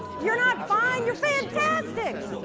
you're not fine, you're fantastic!